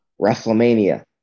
WrestleMania